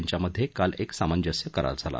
यांच्यामध्ये काल एक सामंजस्य करार झाला